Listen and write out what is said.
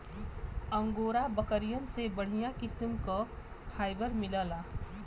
angora बकरियन से बढ़िया किस्म क फाइबर मिलला